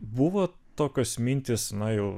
buvo tokios mintys na jau